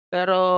Pero